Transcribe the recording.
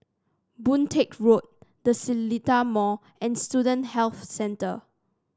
Boon Teck Road The Seletar Mall and Student Health Centre